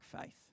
faith